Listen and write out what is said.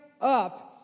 up